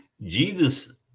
Jesus